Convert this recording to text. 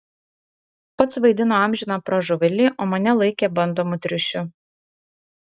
pats vaidino amžiną pražuvėlį o mane laikė bandomu triušiu